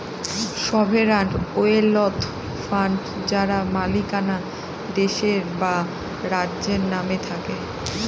sovereign wealth fund যার মালিকানা দেশের বা রাজ্যের নামে থাকে